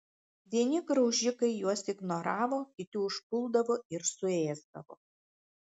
vieni graužikai juos ignoravo kiti užpuldavo ir suėsdavo